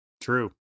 true